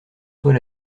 soit